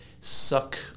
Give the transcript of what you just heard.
suck